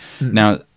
Now